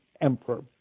emperor